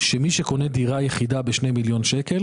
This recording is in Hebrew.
על כך שמי שקונה דירה יחידה ב-2 מיליון ₪,